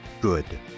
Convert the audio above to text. good